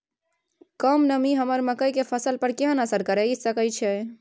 कम नमी हमर मकई के फसल पर केहन असर करिये सकै छै?